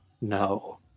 No